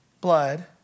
blood